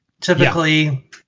typically